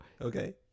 okay